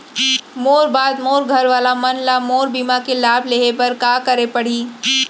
मोर बाद मोर घर वाला मन ला मोर बीमा के लाभ लेहे बर का करे पड़ही?